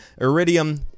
Iridium